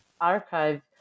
archive